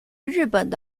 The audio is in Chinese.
日本